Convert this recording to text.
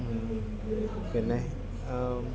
പിന്നെ